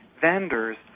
vendors